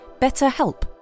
BetterHelp